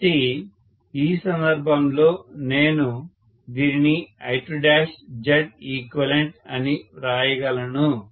కాబట్టి ఈ సందర్భంలో నేను దీనిని I2Zeq అని వ్రాయగలను